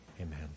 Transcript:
Amen